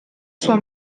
sua